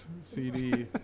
cd